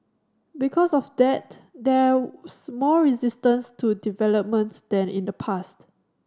because of that there's more resistance to development than in the past